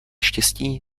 štěstí